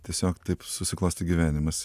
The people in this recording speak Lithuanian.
tiesiog taip susiklostė gyvenimas